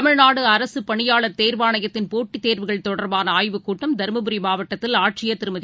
தமிழ்நாடுஅரசுப் பணியாளர் தேர்வாணையத்தின் போட்டித் தேர்வுகள் தொடர்பானஆய்வுக் கூட்டம் தருமபுரி மாவட்டத்தில் ஆட்சியர் திருமதி